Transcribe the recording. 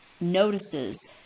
notices